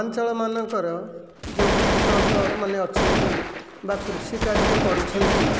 ଅଞ୍ଚଳମାନଙ୍କର ଯେଉଁ କୃଷକମାନେ ଅଛନ୍ତି ବା କୃଷି କାର୍ଯ୍ୟ କରୁଛନ୍ତି